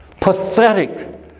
pathetic